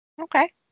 Okay